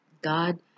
God